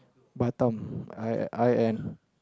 Batam I I and